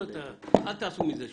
אל תעשו מזה שוק.